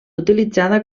utilitzada